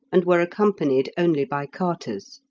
and were accompanied only by carters.